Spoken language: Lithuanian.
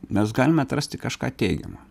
mes galime atrasti kažką teigiamo